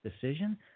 decision